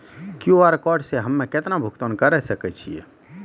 QR code से हम्मय केतना भुगतान करे सके छियै?